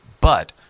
But-